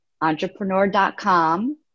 Entrepreneur.com